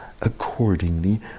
accordingly